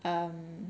um